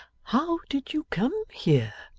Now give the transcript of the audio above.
how did you come here